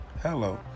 Hello